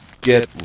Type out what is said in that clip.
get